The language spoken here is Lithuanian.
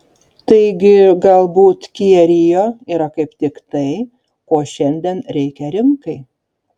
taigi galbūt kia rio yra kaip tik tai ko šiandien reikia rinkai